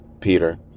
Peter